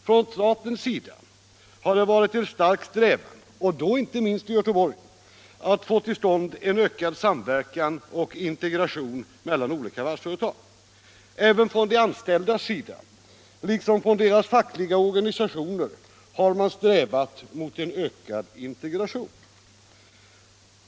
Från statens sida har det varit en stark strävan — och då inte minst i Göteborg — att få till stånd en ökad samverkan mellan och integration av olika varvsföretag. Även de anställda liksom deras fackliga organisationer har strävat mot en ökad integration.